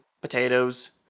Potatoes